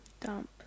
Dump